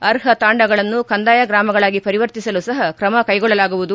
ಅರ್ಹ ತಾಂಡಗಳನ್ನು ಕಂದಾಯ ಗ್ರಾಮಗಳಾಗಿ ಪರಿವರ್ತಿಸಲು ಸಹ ತ್ರಮ ಕೈಗೊಳ್ಳಲಾಗುವುದು